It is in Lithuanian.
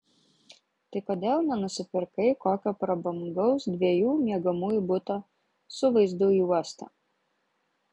tai kodėl nenusipirkai kokio prabangaus dviejų miegamųjų buto su vaizdu į uostą